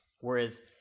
Whereas